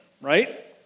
right